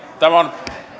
tämä on